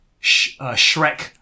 Shrek